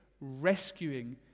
rescuing